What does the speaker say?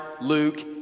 Luke